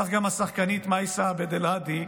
כך גם השחקנית מאיסה עבד אלהאדי,